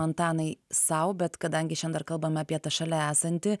antanai sau bet kadangi šian dar kalbame apie tą šalia esantį